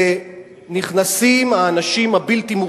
נכנסים האנשים הבלתי-המורשים הללו,